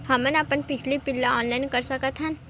हमन अपन बिजली बिल ऑनलाइन कर सकत हन?